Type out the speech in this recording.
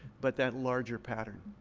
but that larger pattern,